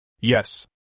Yes